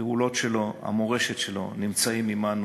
הפעולות שלו, המורשת שלו נמצאות עמנו,